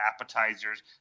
appetizers